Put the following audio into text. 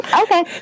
Okay